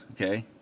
okay